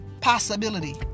possibility